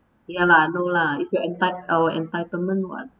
ya lah no lah it's your enti~ our entitlement [what]